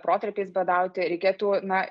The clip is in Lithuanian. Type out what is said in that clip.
protarpiais badauti reikėtų na